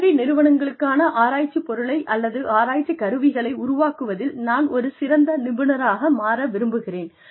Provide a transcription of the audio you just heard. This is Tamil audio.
கல்வி நிறுவனங்களுக்கான ஆராய்ச்சி பொருளை அல்லது ஆராய்ச்சி கருவிகளை உருவாக்குவதில் நான் ஒரு சிறந்த நிபுணராக மாற விரும்புகிறேன்